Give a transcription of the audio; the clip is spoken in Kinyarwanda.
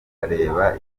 bakareba